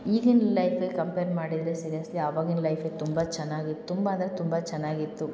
ಈಗಿನ ಲೈಫಿಗೆ ಕಂಪೇರ್ ಮಾಡಿದರೆ ಸೀರಿಯಸ್ಲಿ ಅವಾಗಿಂದ ಲೈಫೆ ತುಂಬಾ ಚೆನ್ನಾಗಿತ್ತು ತುಂಬಾ ಅಂದರೆ ತುಂಬ ಚೆನ್ನಾಗಿತ್ತು